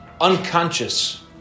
unconscious